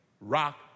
rock